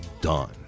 done